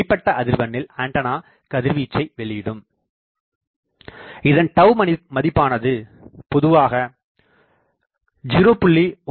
இந்த இடைப்பட்ட அதிர்வெண்ணில் ஆண்டனா கதிர்வீச்சை வெளியிடும் இதன் மதிப்பானது பொதுவாக 0